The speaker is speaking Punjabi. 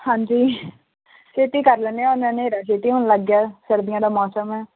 ਹਾਂਜੀ ਛੇਤੀ ਕਰ ਲੈਂਦੇ ਹੁਣ ਨਾ ਹਨੇਰਾ ਛੇਤੀ ਹੋਣ ਲੱਗ ਗਿਆ ਸਰਦੀਆਂ ਦਾ ਮੌਸਮ ਹੈ